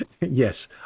yes